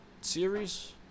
series